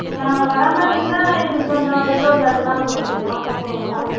நாங்கள் வராமாதிரி இருந்தால் எங்களுக்கு கொஞ்சம் பெட்ரோல் சார்ஜி எல்லாம் கொடுக்க முடியும் கொடுக்கணும்